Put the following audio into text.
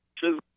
two